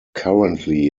currently